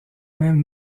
mêmes